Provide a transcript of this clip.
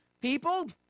people